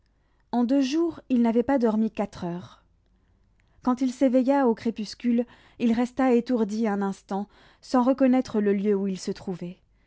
en deux jours il n'avait pas dormi quatre heures quand il s'éveilla au crépuscule il resta étourdi un instant sans reconnaître le lieu où il se trouvait